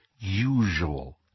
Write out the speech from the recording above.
usual